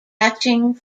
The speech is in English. catching